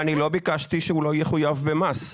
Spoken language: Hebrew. לא ביקשתי שהוא לא יחויב במס.